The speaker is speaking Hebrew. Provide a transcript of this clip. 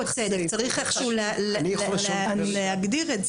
צריך איכשהו להגדיר את זה.